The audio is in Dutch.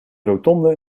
rotonde